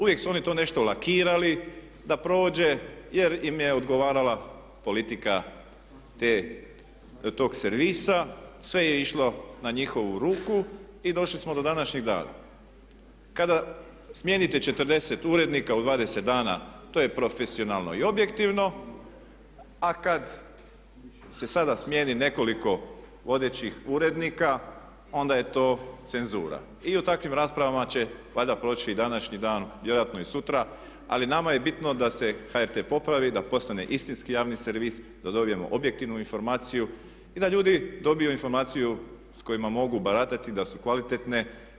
Uvijek su oni to nešto lakirali, da prođe jer im je odgovarala politika tog servisa, sve je išlo na njihovu ruku i došli smo do današnjeg dana, kada smijenite 40 urednika u 20 dana to je profesionalno i objektivno a kad se sada smijeni nekoliko vodećih urednika onda je to cenzura i o takvim raspravama će i valjda proći današnji dan i vjerojatno i sutra ali nama je bitno da se HRT popravi, da postane istinski javni servis, da dobijemo objektivnu informaciju i da ljudi dobiju informaciju s kojima mogu baratati, da su kvalitetne.